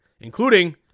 including